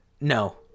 No